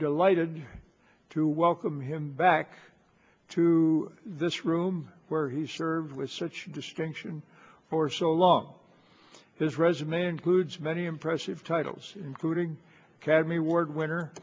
delighted to welcome him back to this room where he served with such distinction for so long his resume includes many impressive titles including cagney ward winner